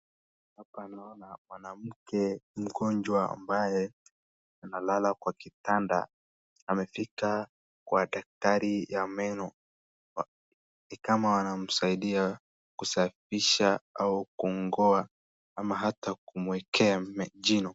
Hapa naona mwanamke mgonjwa ambaye analala kwa kitanda, amefika kwa daktari ya meno, ni kama anamsaidia kusafisha au kung'oa ama hata kumwekea jino.